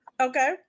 Okay